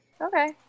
Okay